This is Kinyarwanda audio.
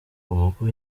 ubwo